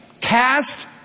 Cast